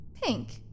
Pink